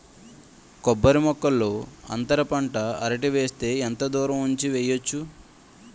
కొబ్బరి మొక్కల్లో అంతర పంట అరటి వేస్తే ఎంత దూరం ఉంచి వెయ్యొచ్చు?